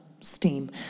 steam